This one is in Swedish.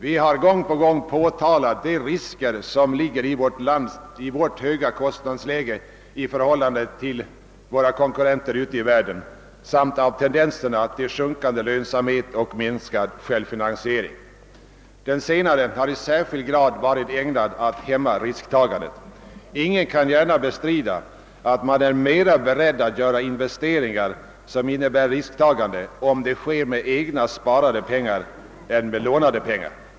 Vi har gång på gång påtalat de risker som ligger i vårt höga kostnadsläge i förhållande till våra konkurrenter ute i världen samt i tendenserna till sjunkande lönsamhet och minskad självfinansiering. Den senare har i särskilt hög grad varit ägnad att hämma risktagandet. Ingen kan gärna bestrida att man är mera beredd att göra investeringar, som innebär risktagande, om det sker med egna sparade pengar än om det sker med lånade.